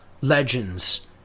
legends